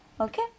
okay